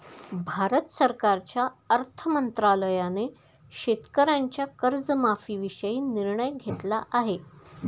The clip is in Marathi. भारत सरकारच्या अर्थ मंत्रालयाने शेतकऱ्यांच्या कर्जमाफीविषयी निर्णय घेतला आहे